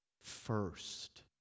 First